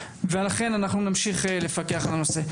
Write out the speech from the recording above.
ולכן אנחנו נמשיך לפקח על הנושא.